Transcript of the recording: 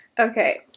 okay